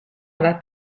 alla